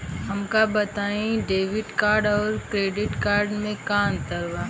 हमका बताई debit card और क्रेडिट कार्ड में का अंतर बा?